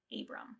Abram